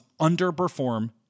underperform